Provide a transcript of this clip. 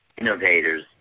innovators